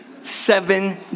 Seven